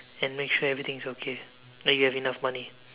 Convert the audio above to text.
and make sure everything is okay like you have enough money